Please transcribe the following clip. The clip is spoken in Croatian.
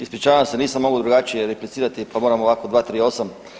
Ispričavam se, nisam mogao drugačije replicirati, pa moram ovako 238.